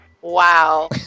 Wow